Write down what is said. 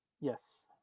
Yes